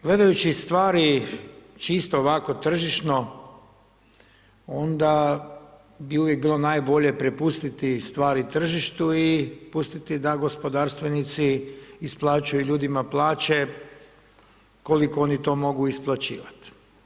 Gledajući stvari čisto ovako tržišno, onda bi uvijek bilo najbolje prepustiti stvari tržištu i pustiti da gospodarstvenici isplaćuju ljudima plaće koliko oni to mogu isplaćivati.